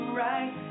right